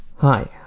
Hi